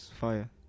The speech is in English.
fire